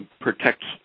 protects